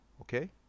okay